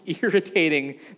irritating